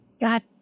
God